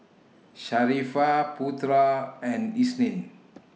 Sharifah Putera and Isnin